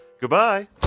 Goodbye